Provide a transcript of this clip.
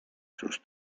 sus